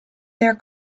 their